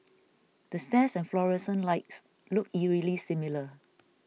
the stairs and fluorescent lights look eerily similar